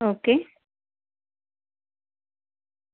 okay